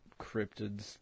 cryptids